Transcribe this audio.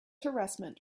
harassment